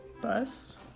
bus